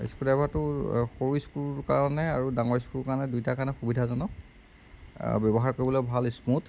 স্ক্ৰুড্ৰাইভাৰটোৰ সৰু স্ক্ৰুৰ কাৰণে আৰু ডাঙৰ স্ক্ৰুৰ কাৰণে দুইটাৰ কাৰণে সুবিধাজনক ব্যৱহাৰ কৰিবলৈয়ো ভাল স্মুথ